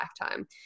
lifetime